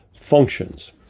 functions